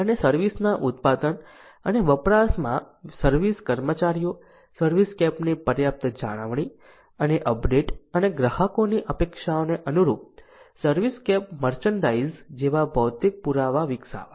અને સર્વિસ ના ઉત્પાદન અને વપરાશમાં સર્વિસ કર્મચારીઓ સર્વિસસ્કેપની પર્યાપ્ત જાળવણી અને અપડેટ અને ગ્રાહકોની અપેક્ષાઓને અનુરૂપ સર્વિસસ્કેપ મર્ચેન્ડાઇઝ જેવા ભૌતિક પુરાવા વિકસાવવા